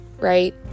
right